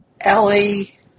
Ellie